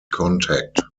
contact